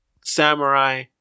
samurai